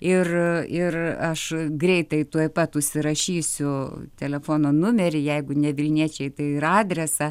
ir ir aš greitai tuoj pat užsirašysiu telefono numerį jeigu ne vilniečiai tai ir adresą